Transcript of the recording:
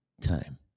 time